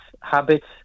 habits